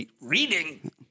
Reading